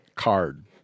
card